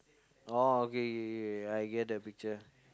orh okay okay okay okay I get the picture